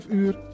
uur